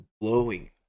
blowing